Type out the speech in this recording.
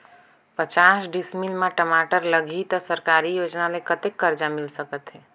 पचास डिसमिल मा टमाटर लगही त सरकारी योजना ले कतेक कर्जा मिल सकथे?